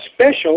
special